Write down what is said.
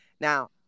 now